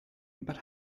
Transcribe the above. but